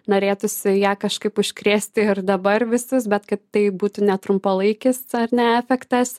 norėtųsi ją kažkaip užkrėsti ir dabar visus bet kad tai būtų ne trumpalaikis ar ne efektas